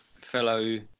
fellow